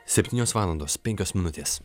septynios valandos penkios minutės